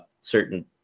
certain